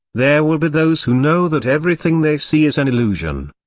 there will be those who know that everything they see is an illusion.